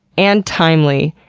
and timely,